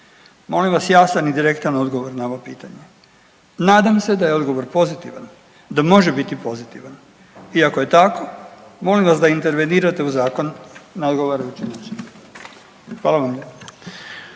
Molim vas jasan i direktan odgovor na ovo pitanje. Nadam se da je odgovor pozitivan, da može biti pozitivan i ako je tako molim vas da intervenirate u zakon na odgovarajući način. Hvala vam